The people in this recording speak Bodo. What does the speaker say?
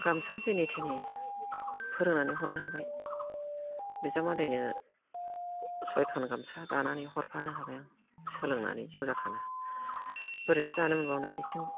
गामसा जेने थेने फोरोंनानै हरनो हाबाय बिजामादैनो सयखान गामसा दाना नै हरफानो हाबाय आं सोलोंनानै बोरैथो दानो मोनबावनो इथिं